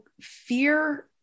fear